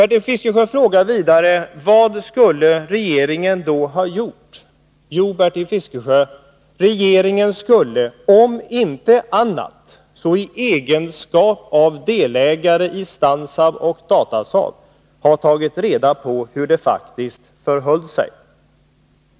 Bertil Fiskesjö frågade vidare: Vad skulle regeringen då ha gjort? Jo, Bertil Fiskesjö, regeringen skulle — om inte annat så i egenskap av delägare i Stansaab och Datasaab — ha tagit reda på hur det faktiskt förhöll sig med det påstådda licensbrottet.